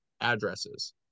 addresses